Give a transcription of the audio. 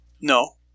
No